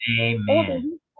Amen